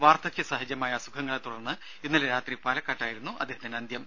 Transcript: വാർധക്യസഹജമായ അസുഖങ്ങളെത്തുടർന്ന് ഇന്നലെ രാത്രി പാലക്കാട്ടായിരുന്നു അദ്ദേഹത്തിന്റെ അന്ത്യം